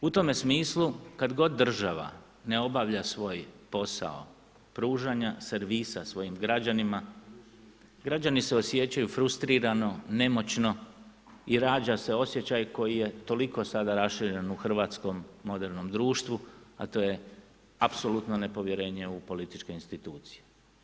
U tome smislu kada god država ne obavlja svoj posao pružanju servisa svojim građanima, građani se osjećaju frustrirano, nemoćno i rađa se osjećaj koji je toliko sada raširen u hrvatskom modernom društvu, a to je apsolutno nepovjerenje u političke institucije.